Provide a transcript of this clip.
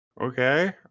Okay